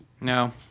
no